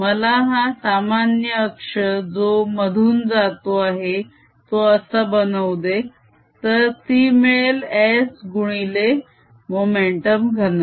मला हा सामान्य अक्ष जो मधून जातो आहे तो असा बनवू दे तर ती मिळेल s गुणिले मोमेंटम घनता